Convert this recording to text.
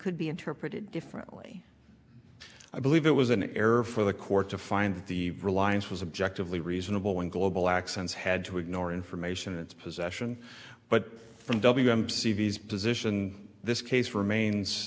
could be interpreted differently i believe it was an error for the court to find that the reliance was objective lee reasonable when global accents had to ignore information in its possession but from w m c v's position this case remains